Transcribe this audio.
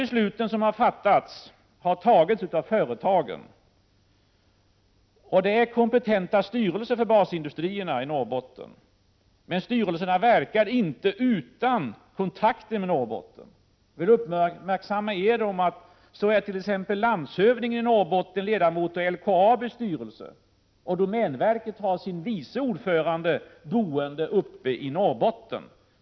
De beslut som har fattats har fattats av företagen. Styrelserna för basindustrierna i Norrbotten är kompetenta. Men styrelserna verkar inte utan kontakter med Norrbotten. Jag vill göra er uppmärksamma på att såväl t.ex. landshövdingen i Norrbotten, som är ledamot av LKAB:s styrelse, som domänverkets vice ordförande bor i Norrbotten.